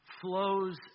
flows